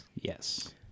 yes